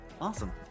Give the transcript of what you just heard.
Awesome